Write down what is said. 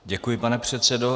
Děkuji, pane předsedo.